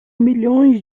milhões